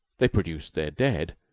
they produced their dead,